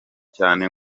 cyane